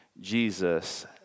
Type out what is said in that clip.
Jesus